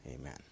Amen